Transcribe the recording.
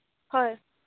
হয়